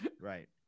Right